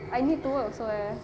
I need to work also eh